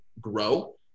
grow